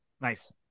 Nice